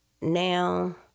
now